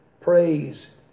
Praise